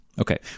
okay